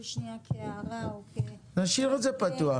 שניה כהערה או כ- -- נשאיר את זה פתוח,